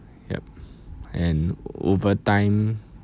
yup and over time